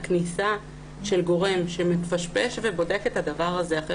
הכניסה של גורם שמפשפש ובודק את הדבר הזה אחרי